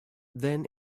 then